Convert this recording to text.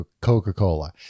Coca-Cola